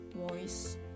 voice